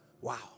Wow